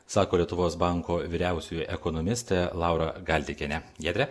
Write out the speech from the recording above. sako lietuvos banko vyriausioji ekonomistė laura galdikienė giedre